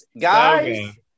guys